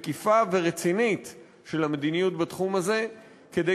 מקיפה ורצינית של המדיניות בתחום הזה כדי